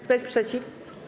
Kto jest przeciw?